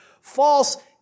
false